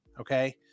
okay